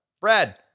Brad